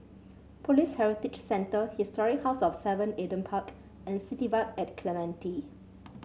Police Heritage Centre Historic House of Seven Adam Park and City Vibe at Clementi